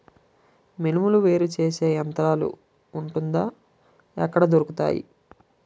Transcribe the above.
మినుములు వేరు చేసే యంత్రం వుంటుందా? ఎక్కడ దొరుకుతాయి?